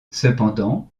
cependant